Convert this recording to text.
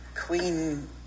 Queen